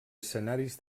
escenaris